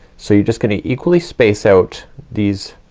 so you're just gonna equally space out these,